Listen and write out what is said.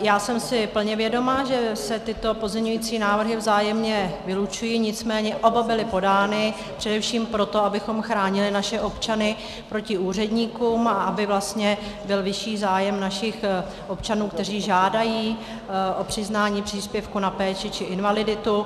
Já jsem si plně vědoma, že se tyto pozměňovací návrhy vzájemně vylučují, nicméně oba byly podány především proto, abychom chránili naše občany proti úředníkům a aby byl vyšší zájem našich občanů, kteří žádají o přiznání příspěvku na péči či invaliditu.